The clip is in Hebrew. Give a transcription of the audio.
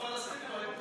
הפלסטינים היו כאן?